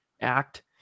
act